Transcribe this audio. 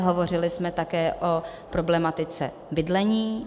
Hovořili jsme také o problematice bydlení.